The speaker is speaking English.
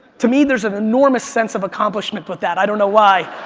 to me there's an enormous sense of accomplishment with that. i don't know why.